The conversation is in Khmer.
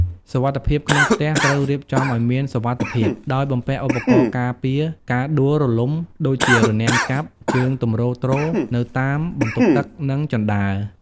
សុវត្ថិភាពក្នុងផ្ទះត្រូវរៀបចំឱ្យមានសុវត្ថិភាព ដោយបំពាក់ឧបករណ៍ការពារការដួលរលំដូចជារនាំងចាប់ ជើងទម្រទ្រ នៅតាមបន្ទប់ទឹក និងជណ្ដើរ។